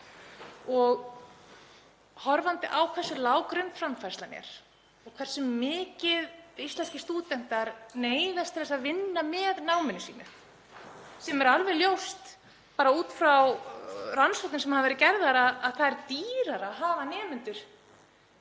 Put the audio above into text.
Horfandi á hversu lág grunnframfærslan er og hversu mikið íslenskir stúdentar neyðast til að vinna með námi sínu, en það er alveg ljóst út frá rannsóknum sem hafa verið gerðar að það er dýrara að hafa nemendur